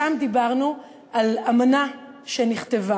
דיברנו שם על אמנה שנכתבה